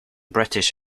british